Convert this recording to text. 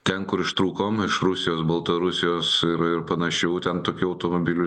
ten kur ištrūkom iš rusijos baltarusijos ir ir panašių ten tokių automobilių